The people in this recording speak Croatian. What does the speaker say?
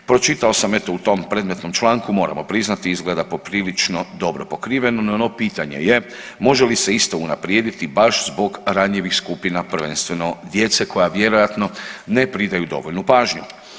Pročitao sam eto u tom predmetnom članku moramo priznati izgleda poprilično dobro pokriveno no pitanje je može li se isto unaprijediti baš zbog ranjivih skupina prvenstveno djeca koja vjerojatno ne pridaju dovoljnu pažnju.